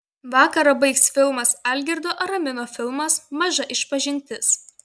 vakarą baigs filmas algirdo aramino filmas maža išpažintis